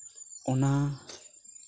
ᱚᱱᱟ